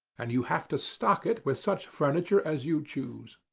and you have to stock it with such furniture as you choose.